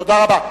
תודה רבה.